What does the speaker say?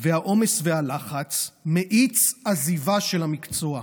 לעומס והלחץ מאיץ עזיבה של המקצוע.